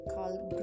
called